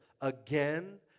again